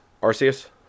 Arceus